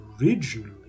originally